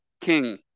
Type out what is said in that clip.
king